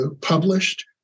published